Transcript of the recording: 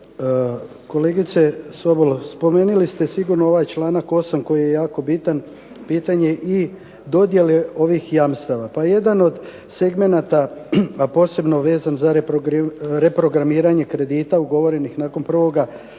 Kolegice Sobol, spomenuli ste sigurno ovaj članak 8. koji je jako bitan, pitanje i dodjele ovih jamstava Pa jedan od segmenata, a posebno vezan za reprogramiranje kredita ugovorenih nakon 1. srpnja